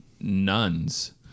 nuns